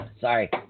Sorry